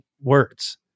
words